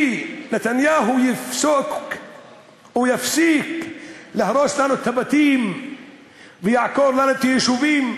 ונתניהו יפסיק לעקור לנו את הבתים ולעקור לנו את היישובים?